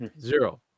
zero